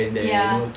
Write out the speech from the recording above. ya